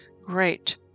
great